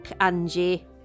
Angie